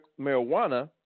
marijuana